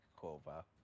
cover